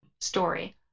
story